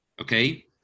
okay